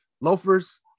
loafers